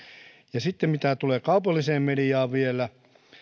ja sitten mitä tulee kaupalliseen mediaan vielä